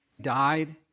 died